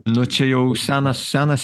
nu čia jau senas senas